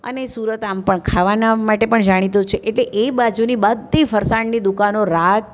અને સુરત આમ પણ ખાવાના માટે પણ જાણીતું છે એટલે એ બાજુની બધી ફરસાણની દુકાનો રાત